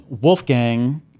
Wolfgang